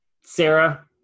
Sarah